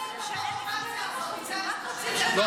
רון,